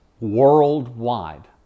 worldwide